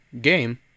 game